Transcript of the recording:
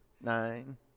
nine